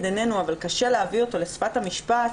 עינינו אבל קשה להביא אותו לשפת המשפט,